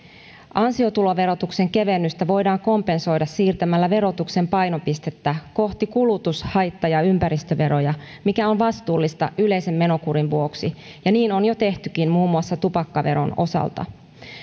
ansiotuloverotuksen kevennystä voidaan kompensoida siirtämällä verotuksen painopistettä kohti kulutus haitta ja ympäristöveroja mikä on vastuullista yleisen menokurin vuoksi ja niin on jo tehtykin muun muassa tupakkaveron osalta